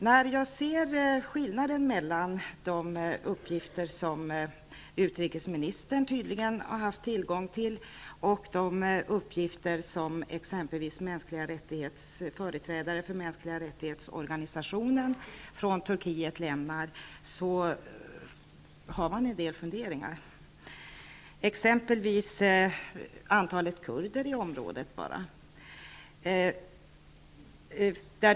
När jag ser skillnaden mellan de uppgifter som utrikesministern tydligen har haft tillgång till och de uppgifter som exempelvis företrädare för mänskliga rättighets-organisationen i Turkiet lämnar, kan man börja fundera litet. Man kan t.ex. bara tänka på antalet kurder i området.